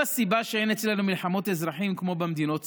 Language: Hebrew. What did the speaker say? הוא הסיבה שאין אצלנו מלחמות אזרחים כמו במדינות סביבנו.